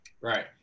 Right